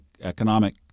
economic